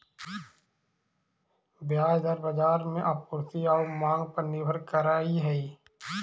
ब्याज दर बाजार में आपूर्ति आउ मांग पर निर्भर करऽ हइ